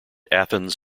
athens